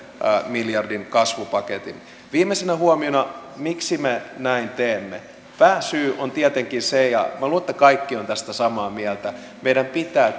miljardin kasvupaketin viimeisenä huomiona miksi me näin teemme pääsyy on tietenkin se ja minä luulen että kaikki ovat tästä samaa mieltä että meidän pitää